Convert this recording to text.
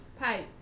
pipe